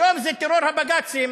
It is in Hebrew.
היום זה טרור הבג"צים.